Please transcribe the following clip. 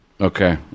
okay